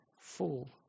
Full